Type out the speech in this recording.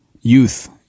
Youth